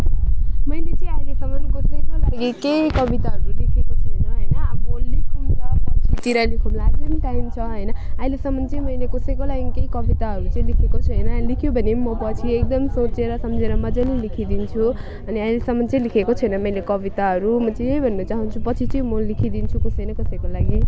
मैले चाहिँ अहिलेसम्म कसैको लागि केही कविताहरू लेखेको छैन होइन अब लेखौँला पछितिर लेखौँला अझै पनि टाइम छ होइन अहिलेसम्म चाहिँ मैले कसैको लागि केही कविताहरू चाहिँ लेखेको छैन लेख्यो भने पनि म पछि एकदम सोचेर सम्झेर मजाले लेखिदिन्छु अनि अहिलेसम्म चाहिँ लेखेको छैन मैले कविताहरू म चाहिँ यही भन्न चाहन्छु पछि चाहिँ म लेखिदिन्छु कसै न कसैको लागि